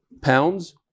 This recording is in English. pounds